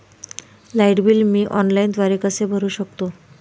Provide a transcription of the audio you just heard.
Light bill मी ऑनलाईनद्वारे कसे भरु शकतो?